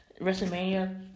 WrestleMania